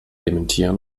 dementieren